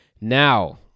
now